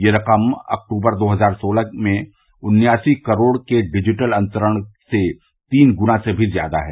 यह रकम अक्टूबर दो हज़ार सोलह में उन्यासी करोड़ रूपये के डिजिटल अंतरण से तीन गुना से भी ज़्यादा है